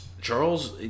Charles